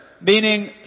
meaning